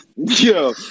Yo